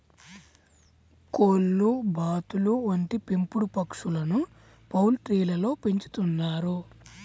కోళ్లు, బాతులు వంటి పెంపుడు పక్షులను పౌల్ట్రీలలో పెంచుతున్నారు